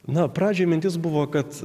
na pradžiai mintis buvo kad